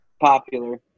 popular